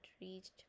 reached